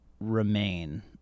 remain